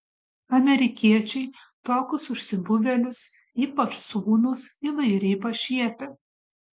amerikiečiai tokius užsibuvėlius ypač sūnus įvairiai pašiepia